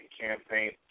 campaign